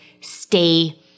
stay